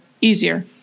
easier